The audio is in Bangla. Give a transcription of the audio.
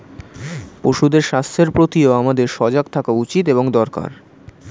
পশুদের স্বাস্থ্যের প্রতিও আমাদের সজাগ থাকা উচিত এবং দরকার